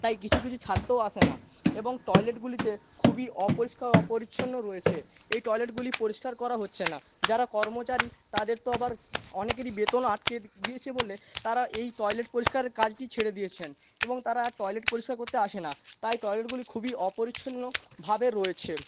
তাই কিছু কিছু ছাত্রও আসে না এবং টয়লেটগুলিতে খুবই অপরিষ্কার অপরিছন্ন রয়েছে এই টয়লেটগুলি পরিষ্কার করা হচ্ছে না যারা কর্মচারী তাদের তো আবার অনেকেরই বেতন আটকে গিয়েছে বলে তারা এই টয়লেট পরিষ্কারের কাজটি ছেড়ে দিয়েছেন এবং তারা আর টয়লেট পরিষ্কার করতে আসে না তাই টয়লেটগুলি খুবই অপরিছন্ন ভাবে রয়েছে